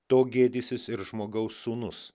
to gėdysis ir žmogaus sūnus